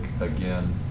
again